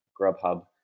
Grubhub